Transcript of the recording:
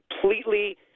completely